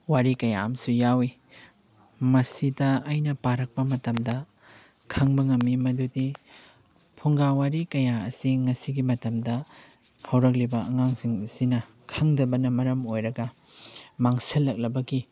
ꯋꯥꯔꯤ ꯀꯌꯥꯝꯁꯨ ꯌꯥꯎꯏ ꯃꯁꯤꯗ ꯑꯩꯅ ꯄꯥꯔꯛꯄ ꯃꯇꯝꯗ ꯈꯪꯕ ꯉꯝꯃꯤ ꯃꯗꯨꯗꯤ ꯐꯨꯡꯒꯥ ꯋꯥꯔꯤ ꯀꯌꯥ ꯑꯁꯤ ꯉꯁꯤꯒꯤ ꯃꯇꯝꯗ ꯍꯧꯔꯛꯂꯤꯕ ꯑꯉꯥꯡꯁꯤꯡ ꯑꯁꯤꯅ ꯈꯪꯗꯕꯅ ꯃꯔꯝ ꯑꯣꯏꯔꯒ ꯃꯥꯡꯁꯤꯜꯂꯛꯂꯕꯒꯤ